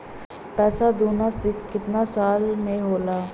पैसा दूना कितना साल मे होला?